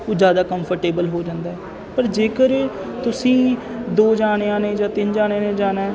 ਉਹ ਜ਼ਿਆਦਾ ਕੰਫਰਟੇਬਲ ਹੋ ਜਾਂਦਾ ਪਰ ਜੇਕਰ ਤੁਸੀਂ ਦੋ ਜਣਿਆਂ ਨੇ ਜਾਂ ਤਿੰਨ ਜਣਿਆਂ ਨੇ ਜਾਣਾ